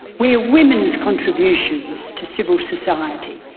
where women's contributions to civil society,